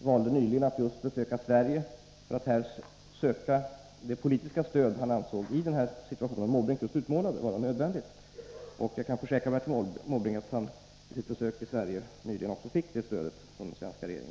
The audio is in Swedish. valde nyligen att besöka Sverige för att här få det politiska stöd som han ansåg vara nödvändigt i den situation som Bertil Måbrink beskrivit. Jag kan försäkra Bertil Måbrink att han vid sitt besök i Sverige fick stöd av den svenska regeringen.